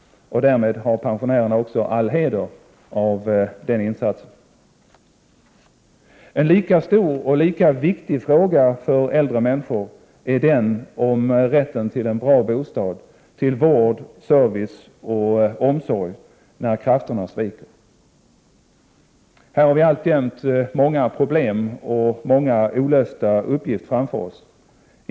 Pensionärerna har all heder av den insatsen. En lika stor och viktig fråga för äldre människor är rätten till en bra bostad, till vård, service och omsorg, när krafterna sviker. Här har vi alltjämt många olösta uppgifter framför oss.